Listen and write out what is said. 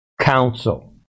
Council